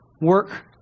work